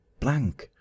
Blank